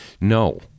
no